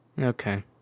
Okay